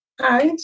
Hi